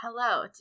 hello